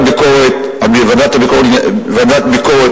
הוועדה לענייני ביקורת